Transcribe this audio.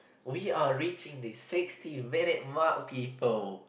we are reaching the sixty minutes mark people